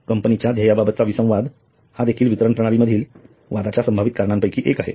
कंपनीच्या ध्येयाबाबत चा विसंवाद देखील वितरण प्रणाली मधील वादाच्या संभावित कारणांपैकी एक आहे